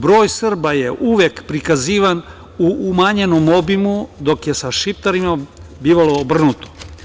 Broj Srba je uvek prikazivan u umanjenom obimu, dok je sa Šiptarima bivalo obrnuto.